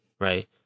Right